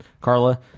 Carla